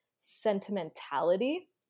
sentimentality